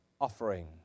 offering